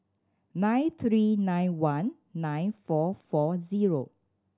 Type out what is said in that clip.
nine three nine one nine four four zero